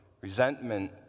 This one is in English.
resentment